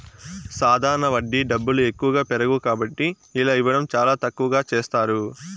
సాధారణ వడ్డీ డబ్బులు ఎక్కువగా పెరగవు కాబట్టి ఇలా ఇవ్వడం చాలా తక్కువగా చేస్తారు